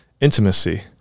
intimacy